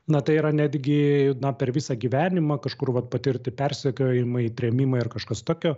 na tai yra netgi na per visą gyvenimą kažkur vat patirti persekiojimai trėmimai ar kažkas tokio